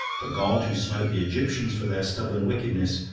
the god who smote the egyptians for their stubborn wickedness,